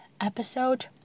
episode